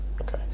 okay